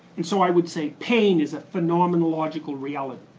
and so i would say pain is a phenomenological reality.